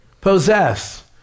Possess